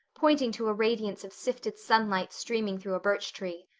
pointing to a radiance of sifted sunlight streaming through a birch tree.